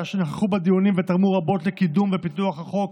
שנכחו בדיונים ותרמו רבות לקידום ופיתוח החוק